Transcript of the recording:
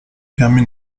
permet